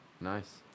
Nice